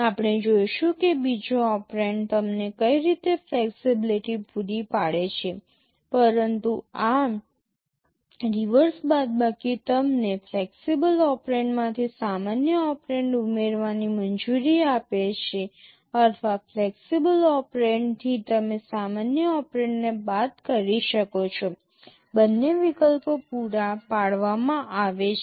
આપણે જોઈશું કે બીજો ઓપરેન્ડ તમને કઇ રીતે ફ્લેક્સિબિલિટી પૂરી પાડે છે પરંતુ આ રિવર્સ બાદબાકી તમને ફ્લેક્સિબલ ઓપરેન્ડમાંથી સામાન્ય ઓપરેન્ડ ઉમેરવાની મંજૂરી આપે છે અથવા ફ્લેક્સિબલ ઓપરેન્ડથી તમે સામાન્ય ઓપરેન્ડને બાદ કરી શકો છો બંને વિકલ્પો પૂરા પાડવામાં આવે છે